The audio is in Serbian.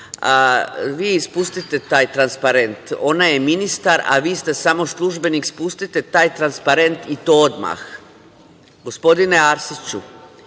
spustite taj transparent. Ona je ministar, a vi ste samo službenik. Spustite taj transparent i to odmah. Gospodine Arsiću,